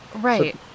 Right